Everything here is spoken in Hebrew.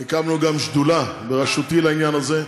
הקמנו גם שדולה בראשותי לעניין הזה.